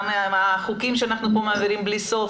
גם החוקים שאנחנו מעבירים כאן בלי סוף